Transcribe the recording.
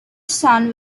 son